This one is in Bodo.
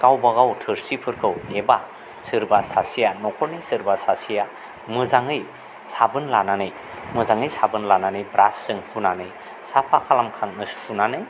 गावबागाव थोरसिफोरखौ एबा सोरबा सासेया न'खरनि सोरबा सासेया मोजाङै साबोन लानानै मोजाङै साबोन लानानै ब्रासजों फुनानै साफा खालामखांनो सुनानानै